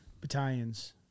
battalions